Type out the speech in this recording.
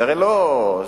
זה הרי לא נכון.